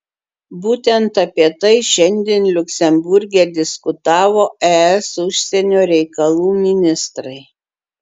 būtent apie tai šiandien liuksemburge diskutavo es užsienio reikalų ministrai